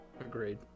Agreed